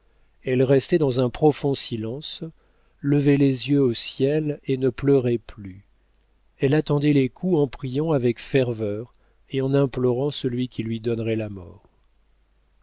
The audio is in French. elle restait dans un profond silence levait les yeux au ciel et ne pleurait plus elle attendait les coups en priant avec ferveur et en implorant celui qui lui donnerait la mort